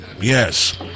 Yes